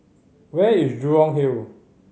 where is Jurong Hill